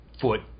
foot